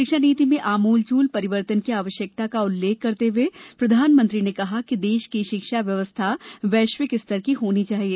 शिक्षा नीति में आमूलचूल परिवर्तन की आवश्यकता का उल्लेख करते हुए प्रधानमंत्री ने कहा कि देश की शिक्षा व्यवस्था वैश्विक स्तर की होनी चाहिए